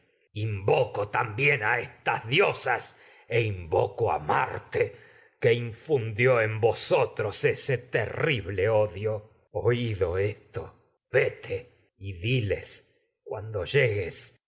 invoco también á tragedias de sófocles estas diosas e invoco a marte esto y que infundió y a en vosotros ese terrible odio oído vete diles cuando